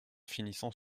finissant